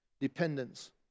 Dependence